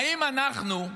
האם אנחנו,